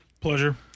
Pleasure